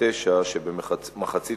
התש"ע (9 בדצמבר 2009): ב-24 בנובמבר פורסם כי במחצית